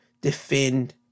defend